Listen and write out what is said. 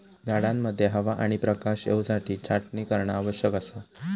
झाडांमध्ये हवा आणि प्रकाश येवसाठी छाटणी करणा आवश्यक असा